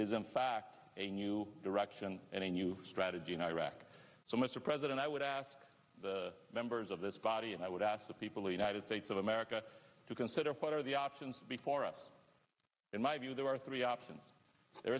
is in fact a new direction and a new strategy in iraq so mr president i would ask the members of this body and i would ask the people united states of america to consider what are the options before us in my view there are three options there